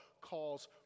calls